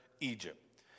Egypt